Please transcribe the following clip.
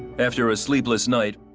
after a sleepless night,